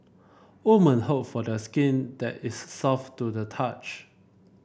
women hope for the skin that is soft to the touch